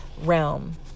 realm